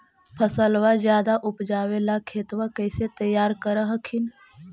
फसलबा ज्यादा उपजाबे ला खेतबा कैसे तैयार कर हखिन?